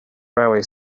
railway